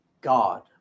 God